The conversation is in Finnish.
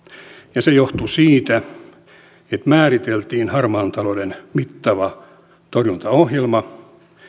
ja se johtui siitä että määriteltiin harmaan talouden mittava torjuntaohjelma